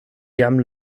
jam